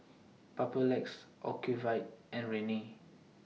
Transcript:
Papulex Ocuvite and Rene